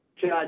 judge